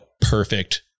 perfect